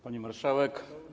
Pani Marszałek!